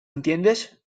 entiendes